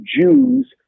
Jews